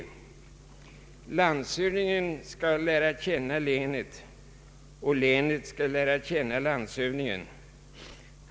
Landshövdingen skall lära känna länet, och länet skall lära känna landshövdingen.